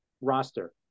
roster